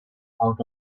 out